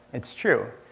it's true.